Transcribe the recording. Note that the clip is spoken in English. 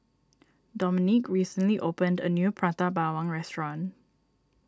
Dominique recently opened a new Prata Bawang Restaurant